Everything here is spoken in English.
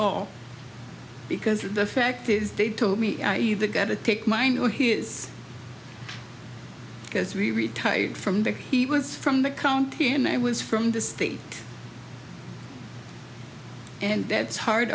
all because the fact is they told me i either gotta take mine or he is because we retired from because he was from the county and i was from the state and that's hard